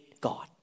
God